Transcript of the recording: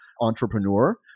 entrepreneur